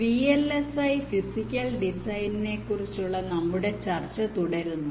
V L S I physical ഡിസൈനിനെക്കുറിച്ചുള്ള നമ്മുടെ ചർച്ച തുടരുന്നു